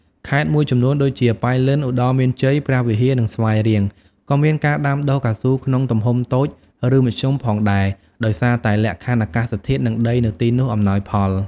ខេត្តមួយចំនួនដូចជា ប៉ៃលិន ឧត្តរមានជ័យ ព្រះវិហារ និងស្វាយរៀង ក៏មានការដាំដុះកៅស៊ូក្នុងទំហំតូច ឬមធ្យមផងដែរ ដោយសារតែលក្ខខណ្ឌអាកាសធាតុ និងដីនៅទីនោះអំណោយផល។